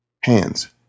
Hands